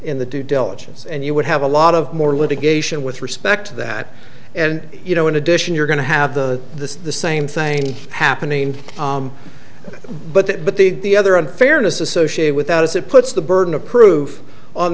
in the due diligence and you would have a lot of more litigation with respect to that and you know in addition you're going to have the same thing happening but that but the other unfairness associated with that is it puts the burden of proof on